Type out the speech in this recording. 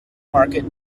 market